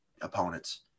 opponents